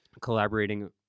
collaborating